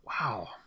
Wow